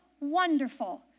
wonderful